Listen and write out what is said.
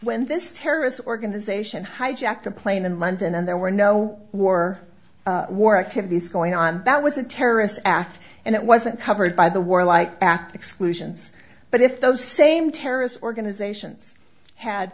when this terrorist organization hijacked a plane in london and there were no war war activities going on that was a terrorist act and it wasn't covered by the warlike act exclusions but if those same terrorist organizations had